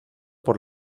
por